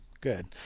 good